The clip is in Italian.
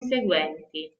seguenti